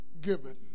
given